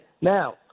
Now